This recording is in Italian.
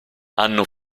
hanno